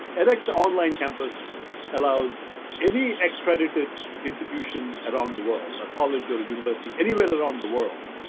edx online campus allows any accredited institution around the world, a college or university, anywhere around the world,